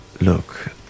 look